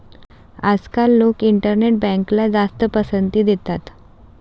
आजकाल लोक इंटरनेट बँकला जास्त पसंती देतात